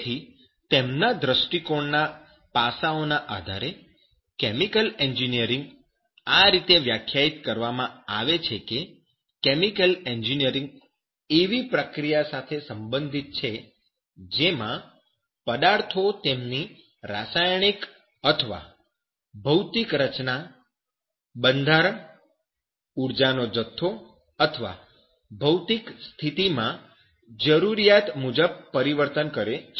તેથી તેમના દ્રષ્ટિકોણ ના પાસાઓના આધારે કેમિકલ એન્જિનિયરીંગ આ રીતે વ્યાખ્યાયિત કરવામાં આવે છે કે કેમિકલ એન્જિનિયરીંગ એવી પ્રક્રિયા સાથે સંબંધિત છે જેમાં પદાર્થો તેમની રાસાયણિક અથવા ભૌતિક રચના બંધારણ ઉર્જાનો જથ્થો અથવા ભૌતિક સ્થિતિ માં જરૂરીયાત મુજબ પરિવર્તન કરે છે